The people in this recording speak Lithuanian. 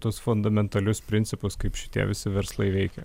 tuos fundamentalius principus kaip šitie visi verslai veikia